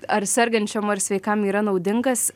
ar sergančiam ar sveikam yra naudingas